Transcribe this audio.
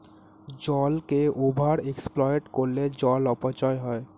জলকে over exploit করলে জল অপচয় হয়